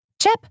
Chip